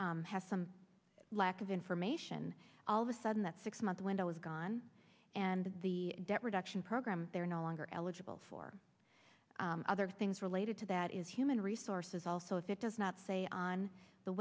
has some lack of information all of a sudden that six month window is gone and the debt reduction program they're no longer eligible for other things related to that is human resources also if it does not say on the